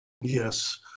Yes